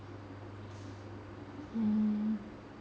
mm